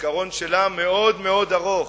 הזיכרון שלה מאוד מאוד ארוך.